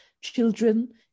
children